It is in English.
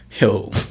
Yo